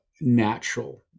natural